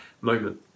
moment